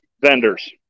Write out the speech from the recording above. vendors